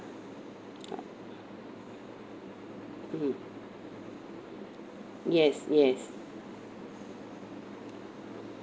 mm yes yes